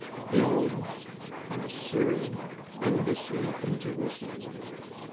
build an assyrian embassy in jerusalem?